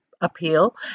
appeal